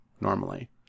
normally